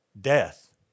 Death